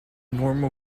normal